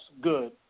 good